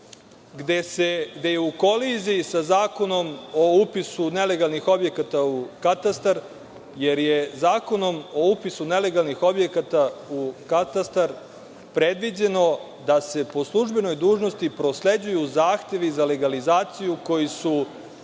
delu gde je u koliziji sa Zakonom o upisu nelegalnih objekata u katastar, jer je Zakonom o upisu nelegalnih objekata u katastar predviđeno da se po službenoj dužnosti prosleđuju zahtevi za legalizaciju koji su